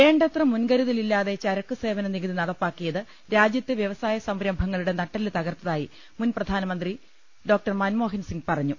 വേണ്ടത്ര മുൻകരുതലില്ലാതെ ചരക്കുസേവന നികുതി നട പ്പിലാക്കിയത് രാജ്യത്തെ വ്യവസായ സംരംഭങ്ങളുടെ നട്ടെല്ല് തകർത്തതായി മുൻ പ്രധാനമന്ത്രി മൻമോഹൻ സിംഗ് പറഞ്ഞു